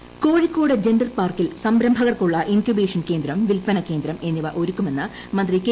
ശൈലജ കോഴിക്കോട് ജൻഡർപാർക്കിൽ സംരംഭകർക്കുള്ള ഇൻകുബേഷൻ കേന്ദ്രം വിൽപ്പനകേന്ദ്രം എന്നിവ ഒരുക്കുമെന്ന് മന്ത്രി കെ